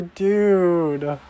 dude